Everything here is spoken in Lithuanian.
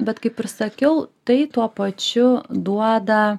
bet kaip ir sakiau tai tuo pačiu duoda